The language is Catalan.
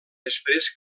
després